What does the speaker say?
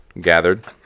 gathered